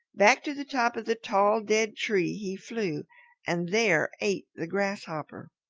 back to the top of the tall, dead tree he flew and there ate the grasshopper.